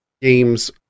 games